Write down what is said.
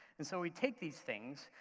and so we take these things,